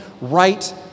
right